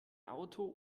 auto